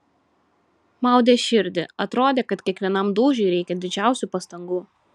maudė širdį atrodė kad kiekvienam dūžiui reikia didžiausių pastangų